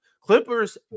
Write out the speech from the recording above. Clippers